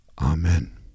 Amen